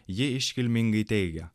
ji iškilmingai teigia